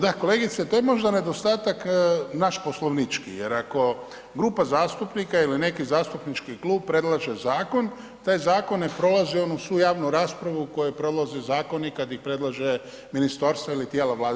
Da, kolegice to je možda nedostatak naš poslovnički jer ako grupa zastupnika ili neki zastupnički klub predlaže zakon taj zakon ne prolazi onu svu javnu raspravu koju prolaze zakoni kada ih predlažu ministarstva ili tijela Vlade.